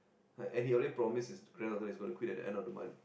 and he already promise his granddaughter he's going to quit at the end of the month